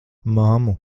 mammu